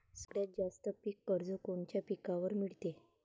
सगळ्यात जास्त पीक कर्ज कोनच्या पिकावर मिळते?